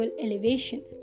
elevation